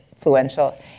influential